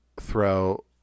throw